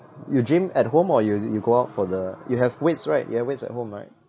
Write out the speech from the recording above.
you gym at home or you you you go out for the you have weights right you have weights at home right